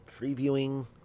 previewing